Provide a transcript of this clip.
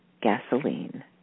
gasoline